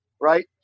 right